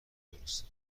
درسته